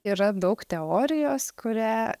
yra daug teorijos kurią